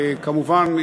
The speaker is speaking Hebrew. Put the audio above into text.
וכמובן,